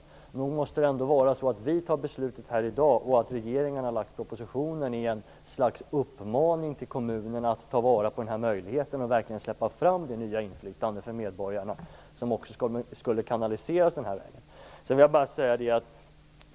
Nog måste det väl vara så att vi fattar beslut här i dag och att regeringen har lagt propositionen som ett slags uppmaning till kommunerna att ta vara på den här möjligheten att verkligen släppa fram det nya inflytande för medborgarna som kanaliseras den här vägen.